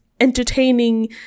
entertaining